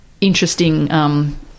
interesting